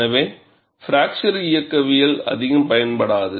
எனவே பிராக்சர் இயக்கவியல் அதிகம் பயன்படாது